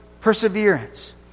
perseverance